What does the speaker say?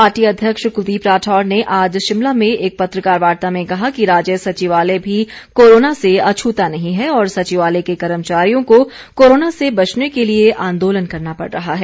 party अध्यक्ष कुलदीप राठौर ने आज शिमला में एक पत्रकार वार्ता में कहा कि राज्य सचिवालय भी कोरोना से अछता नहीं है और सचिवालय के कर्मचारियों को कोरोना से बचने के लिए आंदोलन करना पड रहा है